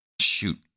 shoot